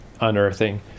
unearthing